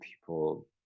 people